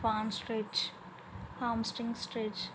palm stretch hamstring stretch